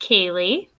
Kaylee